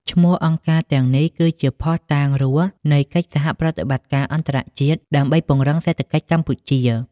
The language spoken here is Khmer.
ឈ្មោះអង្គការទាំងនេះគឺជា "ភស្តុតាងរស់" នៃកិច្ចសហប្រតិបត្តិការអន្តរជាតិដើម្បីពង្រឹងសេដ្ឋកិច្ចកម្ពុជា។